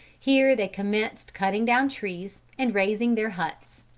here they commenced cutting down trees and raising their huts.